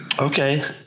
Okay